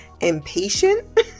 impatient